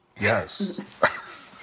Yes